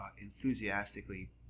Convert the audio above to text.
Enthusiastically